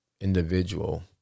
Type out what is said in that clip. individual